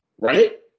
right